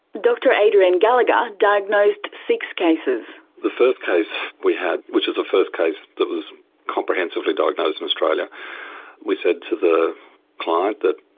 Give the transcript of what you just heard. dr adrian gallagher diagnosed six cases. the first case we had which is the first case that was comprehensively diagnosed in australia we said to the client that,